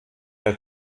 der